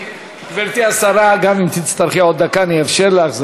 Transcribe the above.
גברתי השרה, גם אם תצטרכי עוד דקה, אאפשר לך.